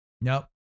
Nope